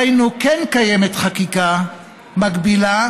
היינו, קיימת חקיקה מקבילה,